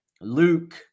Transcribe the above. Luke